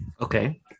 Okay